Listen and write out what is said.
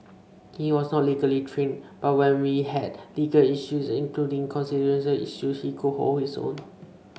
he was not legally trained but when we had legal issues including constitutional issues he could hold his own